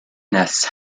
nests